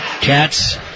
Cats